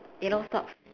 yellow socks